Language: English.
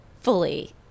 fully